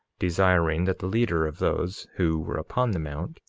desiring that the leader of those who were upon the mount,